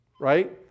right